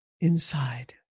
inside